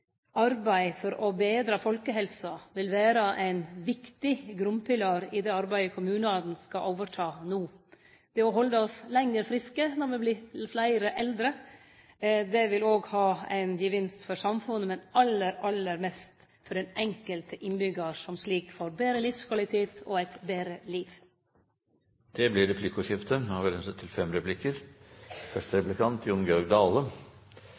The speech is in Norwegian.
arbeid for å betre folkehelsa vil vere ein viktig grunnpilar i det arbeidet som kommunane no skal overta. Det å halde oss lenger friske når me vert – fleire – eldre, vil òg ha ein gevinst for samfunnet, men aller, aller mest for den enkelte innbyggjar, som slik får betre livskvalitet og eit betre liv. Det blir replikkordskifte. Den noverande sosialtenestelova vert i dag skifta ut. Eg har derfor lyst til